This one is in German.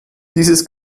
dieses